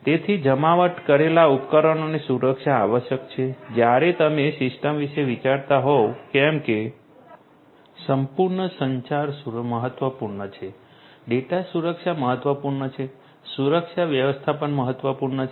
તેથી જમાવટ કરેલા ઉપકરણોની સુરક્ષા આવશ્યક છે જ્યારે તમે સિસ્ટમ વિશે વિચારતા હોવ કેમ કે સંપૂર્ણ સંચાર સુરક્ષા મહત્વપૂર્ણ છે ડેટા સુરક્ષા મહત્વપૂર્ણ છે સુરક્ષા વ્યવસ્થાપન મહત્વપૂર્ણ છે